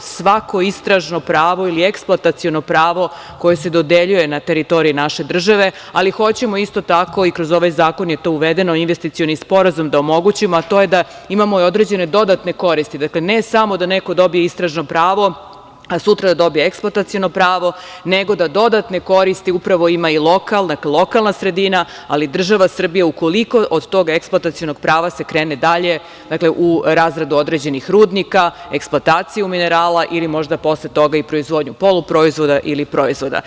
svako istražno pravo ili eksploataciono pravo koje se dodeljuje na teritoriji naše države, ali hoćemo isto tako, i za ovaj zakon je to uvedeno, investicioni sporazum da omogućimo, a to je da imamo i određene dodatne koristi, ne samo da neko dobije istražno pravo, a sutra da dobije eksploataciono pravo, nego da dodatne koristi upravo ima i lokalna sredina, ali i država Srbija ukoliko od tog eksploatacionog prava se krene dalje u razradu određenih rudnika, eksploataciju minirala ili možda posle toga i proizvodnju poluproizvoda ili proizvoda.